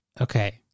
Okay